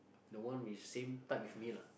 the one which same type with me lah